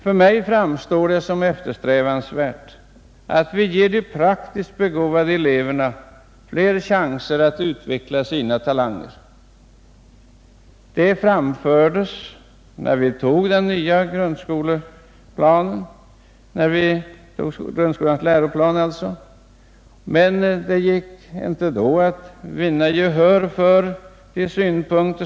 För mig framstår det som eftersträvansvärt att vi ger de praktiskt begåvade eleverna fler chanser att utveckla sina talanger. Den synpunkten framfördes när vi antog grundskolans nya läroplan, men det gick inte då att vinna gehör för den.